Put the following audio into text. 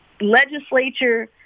legislature